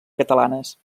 catalanes